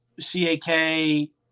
CAK